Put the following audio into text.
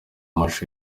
amashusho